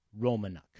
Romanuk